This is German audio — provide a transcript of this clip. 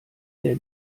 der